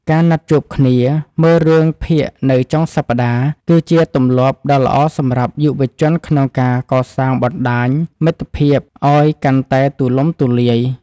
ការណាត់ជួបគ្នាមើលរឿងភាគនៅចុងសប្តាហ៍គឺជាទម្លាប់ដ៏ល្អសម្រាប់យុវជនក្នុងការកសាងបណ្ដាញមិត្តភាពឱ្យកាន់តែទូលំទូលាយ។